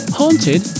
haunted